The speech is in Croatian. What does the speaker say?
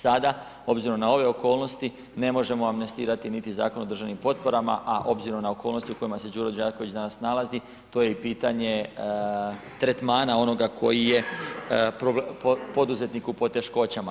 Sada, obzirom na ove okolnosti ne možemo amnestirati niti Zakon o državnim potporama a obzirom na okolnosti u kojima se Đuro Đaković danas nalazi to je i pitanje tretmana onoga koji je poduzetnik u poteškoćama.